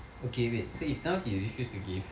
okay wait so if now he refuse to give